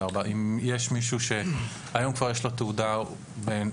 אם יש מישהו שכבר יש לו תעודה היום,